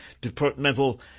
departmental